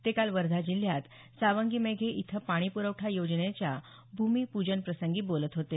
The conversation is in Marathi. ते काल वर्धा जिल्ह्यात सावंगी मेघे इथं पाणी पुरवठा योजनेच्या भूमिपूजन प्रसंगी बोलत होते